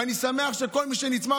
ואני שמח שכל מי שנצמד,